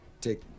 take